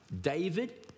David